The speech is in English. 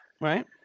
right